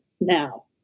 now